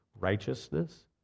righteousness